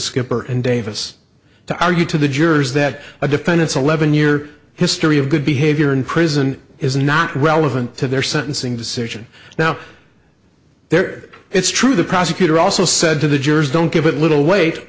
skipper and davis to argue to the jurors that a defendant's eleven year history of good behavior in prison is not relevant to their sentencing decision now there it's true the prosecutor also said to the jurors don't give it little weight